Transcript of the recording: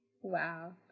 Wow